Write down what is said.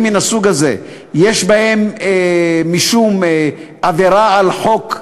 מן הסוג הזה יש בהם משום עבירה על החוק,